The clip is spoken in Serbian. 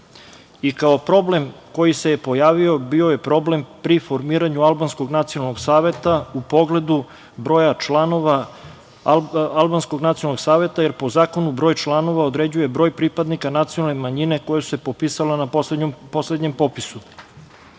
Kao problem koji se pojavio bio je problem pri formiranju albanskog nacionalnog saveta u pogledu broja članova albanskog nacionalnog saveta, jer po zakonu broj članova određuje broj pripadnika nacionalne manjine koja se popisala na poslednjem popisu.S